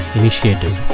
initiative